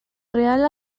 real